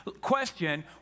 question